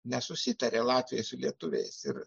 nesusitarė latviai su lietuviais ir